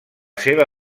seva